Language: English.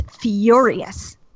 furious